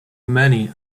many